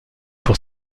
pour